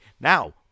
Now